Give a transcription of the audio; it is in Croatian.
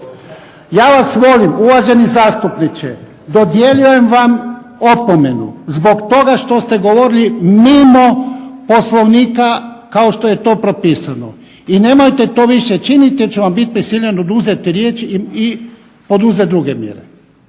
Ja vas molim uvaženi zastupniče, dodjeljujem vam opomenu zbog toga što ste govorili mimo Poslovnika kao što je to propisano. I nemojte to više činiti jer ću vam bit prisiljen oduzeti riječ i poduzet druge mjere.